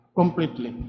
completely